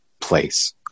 place